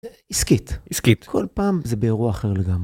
עסקית עסקית כל פעם זה באירוע אחר לגמרי.